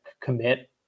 commit